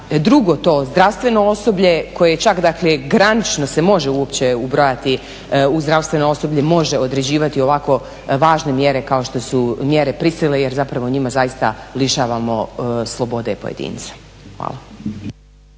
drugo to zdravstveno osoblje koje čak granično se može uopće ubrajati u zdravstveno osoblje može određivati ovako važne mjere kao što su mjere prisile jer njima lišavamo slobode i pojedinca. Hvala.